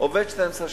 עובד 12 שנה.